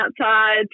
outside